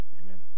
amen